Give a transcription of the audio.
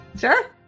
Sure